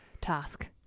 task